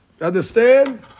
Understand